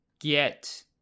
get